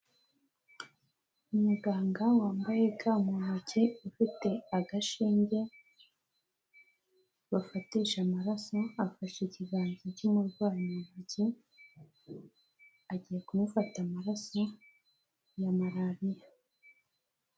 Umuganga wambaye ga mu ntoki, ufite agashinge bafatisha amaraso, afashe ikiganza cy'umurwayi mu ntoki, agiye kumufata amaraso ya malariya.